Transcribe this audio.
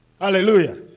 Hallelujah